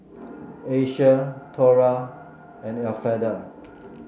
Asia Thora and Elfrieda